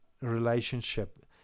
relationship